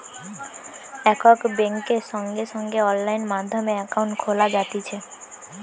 এখন বেংকে সঙ্গে সঙ্গে অনলাইন মাধ্যমে একাউন্ট খোলা যাতিছে